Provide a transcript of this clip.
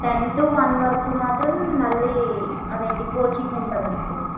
ten to one వరకు మాత్రం మళ్ళీ అది ఏంటి కోచింగ్ ఉంటుంది మీకు